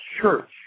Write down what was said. church